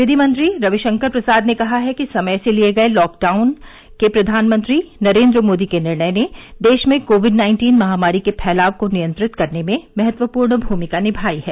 विधिमंत्री रविशंकर प्रसाद ने कहा है कि समय से लिए गए लॉकडाउन के प्रधानमंत्री नरेन्द्र मोदी के निर्णय ने देश में कोविड नाइन्टीन महामारी के फैलाव को नियंत्रित करने में महत्वपूर्ण भूमिका निभाई है